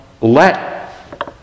let